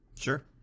Sure